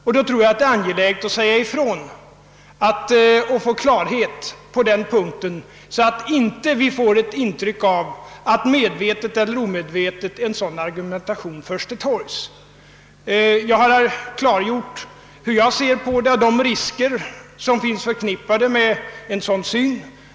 Jag tror därför att det är angeläget att säga ifrån och få klarhet på denna punkt, så att vi inte får ett intryck av att en sådan argumentation medvetet eller omedvetet förs till torgs. Jag har klargjort hur jag ser på saken och de risker som finns förknippade med en sådan syn.